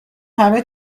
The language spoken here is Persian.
همه